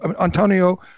Antonio